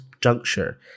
juncture